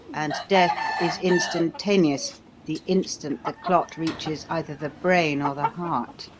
and death is instantaneous the instant the clot reaches either the brain or the heart!